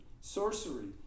sorcery